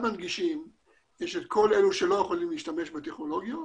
ההנגשה יש את כל אלה שלא יכולים להשתמש בטכנולוגיות